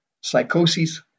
psychosis